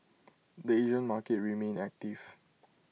the Asian market remained active